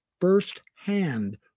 firsthand